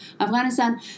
Afghanistan